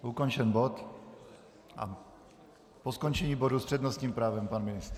Ukončen bod a po skončení bodu s přednostním právem pan ministr.